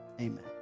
Amen